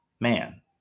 man